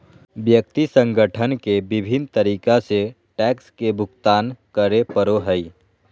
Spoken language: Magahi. व्यक्ति संगठन के विभिन्न तरीका से टैक्स के भुगतान करे पड़ो हइ